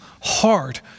hard